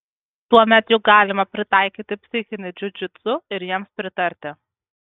tuomet juk galima pritaikyti psichinį džiudžitsu ir jiems pritarti